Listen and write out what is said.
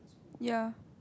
ya